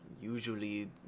Usually